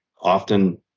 often